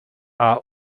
are